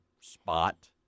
spot